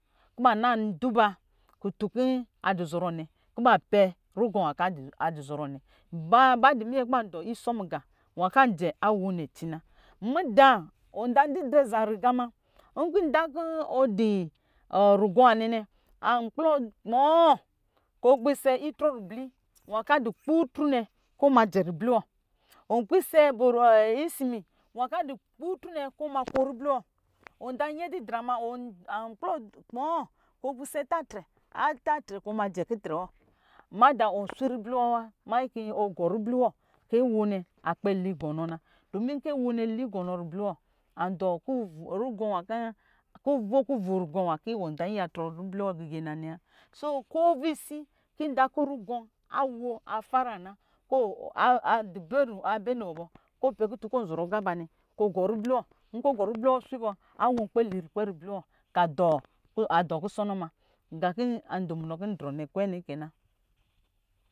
Kɔ ba na duba kutu kɔ adɔ zɔrɔ nɛ kɔ ba pɛ rugɔ nwa kɔ adu zɔrɔ nɛ ba dɔ ba ba minyɛ kɔ ban dɔ isɔ mugɔ nwo kɔ adjɛ awo nɛ ci na muda wɔnɔa didrɛ zan riqa ma idan kɔ ɔ dɔ rugɔ nwanɛnɛ a kplɔ kpɔɔ kɔ ɔpo ɛ itrɔ ribu nwa kɔ adu kpuutru nɛ kɔ ɔ ma jɛ ribu wɔ ɔ pasa isimi nwa kɔ adu kpua tru nɛ kɔ ɔma ko ribli wɔ wɔnda nyɛ didra ma akplɔ kpɔɔ kɔ? Pisɛ atatrɛ kɔ ɔ ma jɛ ki trɛ wɔ mada wɔn swi ribli wɔ wa manyin kɔ ɔgɔ ribli wɔ kɔ awo nɛ akp ɛ u gɔnɔ na domi awo au gɔnɔ ribli wɔ andɔ kuvo rugɔ nwa kɔ ɔnda yiya kɔ yuwɔ ribli wɔ gige na nɛ wa so kovisi kɔ inda kɔ rugɔ awɔ afara na kɔ kɔ a bɛ riwɔ bɔ kɔ ɔpɛ kutu nkɔ ɔnzɔrɔ aga ba nɛ kɔ ɔgɔ ribli wɔ uswi nkɔ ɔgɔ ribli swi bɔ aya banɛ akpɛ li lulapɛ nɓu wɔ kɔ adɔ kusɔnɔ ma nga kɔ ndɔ munɔ kɔ ndrɔ kwɛ nɛ kɛ na